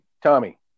Tommy